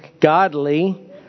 godly